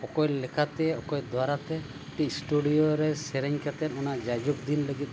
ᱚᱠᱚᱭ ᱞᱮᱠᱟᱛᱮ ᱚᱠᱚᱭ ᱫᱩᱣᱟᱨᱟᱛᱮ ᱢᱤᱫᱴᱤᱡ ᱤᱥᱴᱩᱰᱤᱭᱳ ᱨᱮ ᱥᱮᱨᱮᱧ ᱠᱟᱛᱮᱫ ᱚᱱᱟ ᱡᱟᱭ ᱡᱩᱜᱽ ᱫᱤᱱ ᱞᱟᱹᱜᱤᱫ